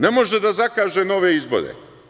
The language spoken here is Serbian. Ne može da zakaže nove izbore.